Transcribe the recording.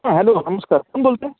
हां हॅलो नमस्कार कोण बोलत आहे